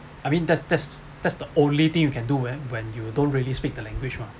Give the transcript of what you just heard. I mean that's that's that's the only thing you can do it when when you don't really speak the language mah